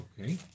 Okay